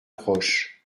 proche